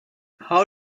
how